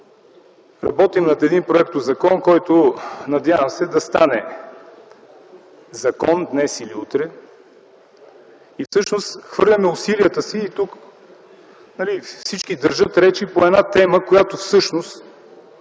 Работим над един проектозакон, който, надявам се, да стане закон днес или утре. Всъщност хвърляме усилията си и тук всички държат речи по една тема, която в